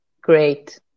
Great